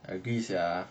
I agree sia